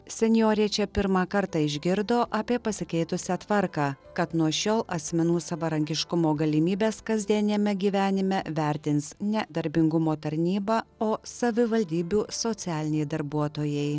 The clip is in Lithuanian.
senjorė čia pirmą kartą išgirdo apie pasikeitusią tvarką kad nuo šiol asmenų savarankiškumo galimybes kasdieniame gyvenime vertins ne darbingumo tarnyba o savivaldybių socialiniai darbuotojai